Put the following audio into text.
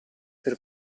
per